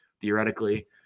theoretically